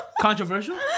Controversial